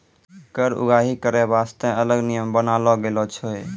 कर उगाही करै बासतें अलग नियम बनालो गेलौ छै